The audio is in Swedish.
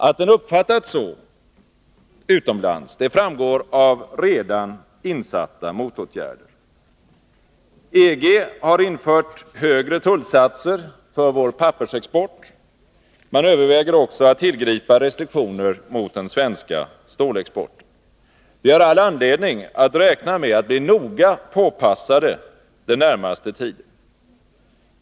Att den uppfattats så utomlands framgår av redan insatta motåtgärder. EG har infört högre tullsatser för vår pappersexport. Man överväger också att tillgripa restriktioner mot den svenska stålexporten. Vi har all anledning att räkna med att bli noga påpassade den närmaste tiden.